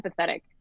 empathetic